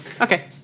okay